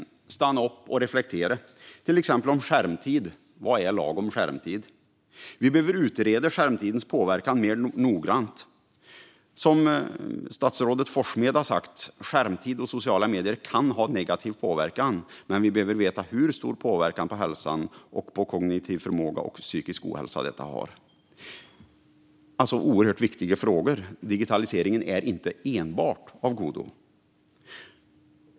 Vi behöver stanna upp och reflektera om till exempel skärmtid. Vad är lagom skärmtid? Vi behöver utreda skärmtidens påverkan mer noggrant. Som statsrådet Forssmed har sagt: "Skärmtid och sociala medier kan ha negativ påverkan, men vi behöver veta hur stor påverkan på hälsan, på kognitiv förmåga och på psykisk ohälsa" som detta har. Detta är oerhört viktiga frågor. Digitaliseringen är inte enbart av godo.